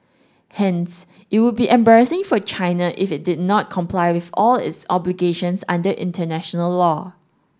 hence it would be embarrassing for China if it did not comply with all of its obligations under international law